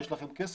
יש לכם כסף,